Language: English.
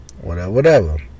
whatever-whatever